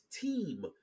team